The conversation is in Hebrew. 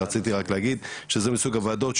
רציתי רק להגיד שזה מסוג הוועדות,